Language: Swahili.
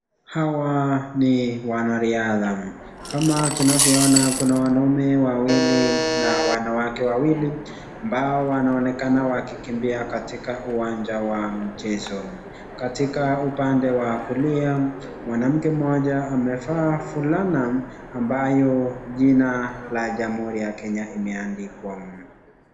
Hawa ni wanariadha, kama tunavyoona kuna wanaume wawili na wanawake wawili ambao wanaonekana wakikimbia katika uwanja wa mchezo, katika upande wa kulia mwanamke moja amevaa fulana ambayo jina la jamhuri ya Kenya limeandikwa.